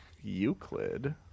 Euclid